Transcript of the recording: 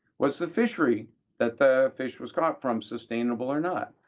was the fishery that the fish was caught from sustainable or not?